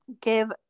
give